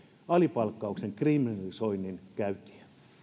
alipalkkauksen kriminalisoinnin käyntiin